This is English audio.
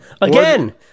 again